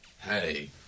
Hey